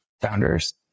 founders